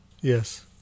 Yes